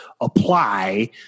apply